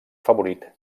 favorit